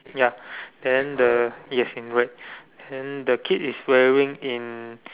ya then the yes in red then the kid is wearing in